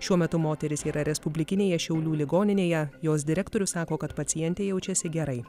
šiuo metu moteris yra respublikinėje šiaulių ligoninėje jos direktorius sako kad pacientė jaučiasi gerai